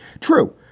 True